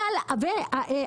היום,